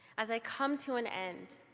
as i come to an end,